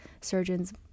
surgeons